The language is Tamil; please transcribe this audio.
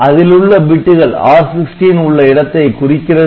அதிலுள்ள பிட்டுகள் R16 உள்ள இடத்தை குறிக்கிறது